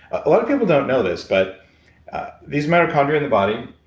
a lot of people don't know this, but these mitochondria in the body.